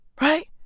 Right